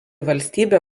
valstybė